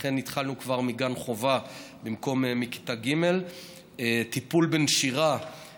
ולכן התחלנו כבר מגן חובה במקום מכיתה ג'; טיפול בנשירה,